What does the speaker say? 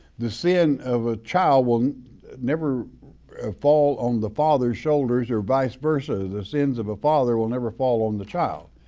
the sin of a child will never fall on the father's shoulders or vice versa, the sins of a father will never fall on the child.